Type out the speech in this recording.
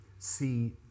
See